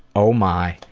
oh my,